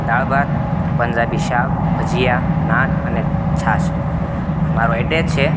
દાળ ભાત પંજાબી શાક ભજીયા નાન અને છાશ મારો એડ્રેસ છે